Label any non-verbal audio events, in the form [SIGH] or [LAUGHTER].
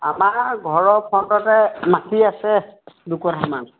আমাৰ ঘৰৰ ফ্ৰণ্টতে [UNINTELLIGIBLE] মাটি আছে [UNINTELLIGIBLE] দুকুঠামান